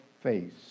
face